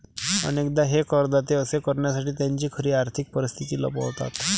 अनेकदा हे करदाते असे करण्यासाठी त्यांची खरी आर्थिक परिस्थिती लपवतात